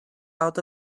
out